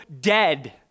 dead